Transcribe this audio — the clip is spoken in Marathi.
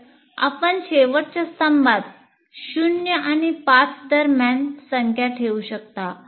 तर आपण शेवटच्या स्तंभात 0 आणि 5 दरम्यान संख्या ठेवू शकता